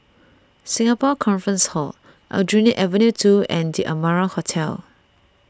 Singapore Conference Hall Aljunied Avenue two and the Amara Hotel